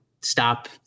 stop